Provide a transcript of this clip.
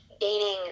gaining